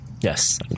Yes